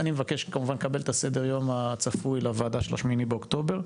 אני מבקש כמובן לקבל את הסדר יום הצפוי לוועדה של ה-8 באוקטובר.